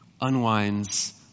unwinds